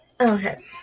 Okay